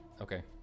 Okay